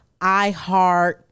iHeart